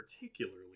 particularly